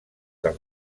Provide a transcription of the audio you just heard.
dels